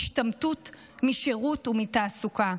השתמטות משירות ומתעסוקה.